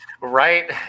Right